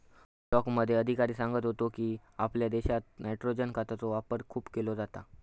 ब्लॉकमध्ये अधिकारी सांगत होतो की, आपल्या देशात नायट्रोजन खतांचो वापर खूप केलो जाता